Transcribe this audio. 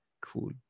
Cool